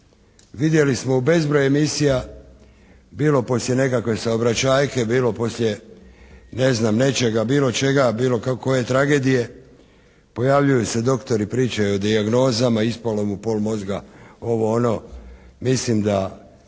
Vidjeli smo u bezbroj emisija, bilo poslije nekakve saobraćajke, bilo poslije ne znam nečega, bilo čega, bilo koje tragedije, pojavljuju se doktori, pričaju o dijagnozama, ispalo mu pol mozga, ovo-ono. Mislim da